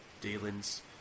dealings